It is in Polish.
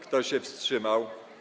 Kto się wstrzymał?